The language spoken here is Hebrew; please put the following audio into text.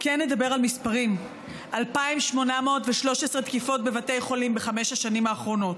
כן נדבר על מספרים: 2,813 תקיפות בבתי חולים בחמש השנים האחרונות,